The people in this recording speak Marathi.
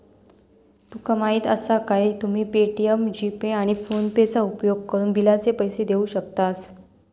तुका माहीती आसा काय, तुम्ही पे.टी.एम, जी.पे, आणि फोनेपेचो उपयोगकरून बिलाचे पैसे देऊ शकतास